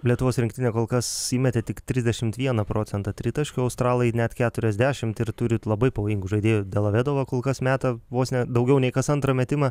lietuvos rinktinė kol kas įmetė tik trisdešim vieną procentą tritaškių o australai net keturiasdešim ir turi labai pavojingų žaidėjų delavedovo kol kas meta vos ne daugiau nei kas antrą metimą